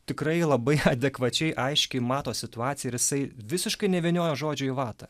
tikrai labai adekvačiai aiškiai mato situaciją ir jisai visiškai nevyniojo žodžių į vatą